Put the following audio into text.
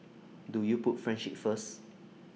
do you put friendship first